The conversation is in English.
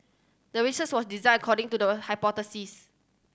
the research was designed according to the hypothesis